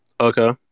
Okay